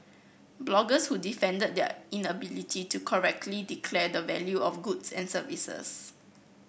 bloggers who defended their inability to correctly declare the value of goods and services